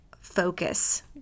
focus